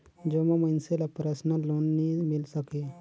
जम्मो मइनसे ल परसनल लोन नी मिल सके